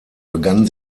begann